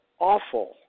awful